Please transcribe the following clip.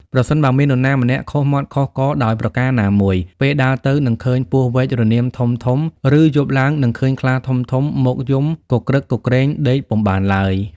ប្រសិនបើមាននរណាខុសមាត់ខុសករដោយប្រការណាមួយ ពេលដើរទៅ នឹងឃើញពស់វែករនាមធំៗ ឫយប់ឡើងនឹងឃើញខ្លាធំៗ មកយំគគ្រឹកគគ្រេងដេកពុំបានឡើយ។